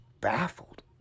baffled